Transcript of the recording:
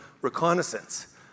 reconnaissance